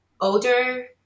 older